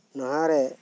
ᱱᱚᱣᱟ ᱨᱮ